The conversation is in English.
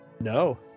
No